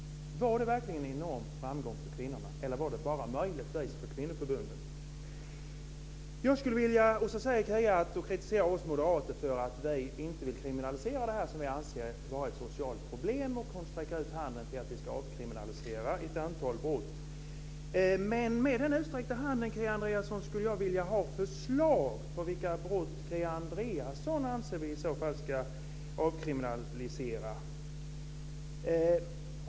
Var den verkligen en enorm framgång för kvinnorna, eller var det möjligtvis bara för kvinnoförbunden? Kia Andreasson kritiserar oss moderater för att vi inte vill kriminalisera det som vi anser vara ett socialt problem. Hon sträcker ut handen och säger att vi ska avkriminalisera ett antal brott. Men med den utsträckta handen, Kia Andreasson, skulle jag vilja ha förslag på vilka brott Kia Andreasson i så fall anser att vi ska avkriminalisera.